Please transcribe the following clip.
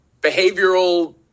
behavioral